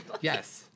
yes